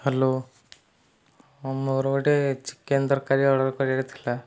hello ହଁ ମୋର ଗୋଟିଏ ଚିକେନ୍ ତରକାରୀ ଅର୍ଡ଼ର କରିବାର ଥିଲା